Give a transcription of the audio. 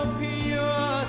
pure